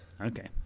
Okay